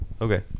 Okay